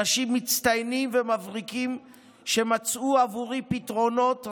אנשים מצטיינים ומבריקים שמצאו עבורי פתרונות,